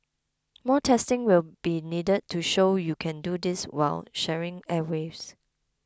more testing will be needed to show you can do this while sharing airwaves